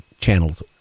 channels